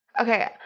Okay